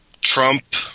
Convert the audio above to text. Trump –